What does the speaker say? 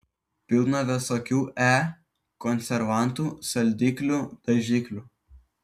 pilna visokių e konservantų saldiklių dažiklių